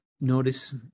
notice